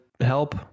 help